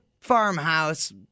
farmhouse